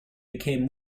became